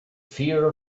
fear